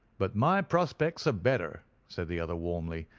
but my prospects are better, said the other, warmly.